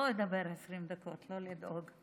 אני לא אדבר 20 דקות, לא לדאוג.